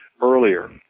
earlier